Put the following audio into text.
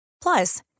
Plus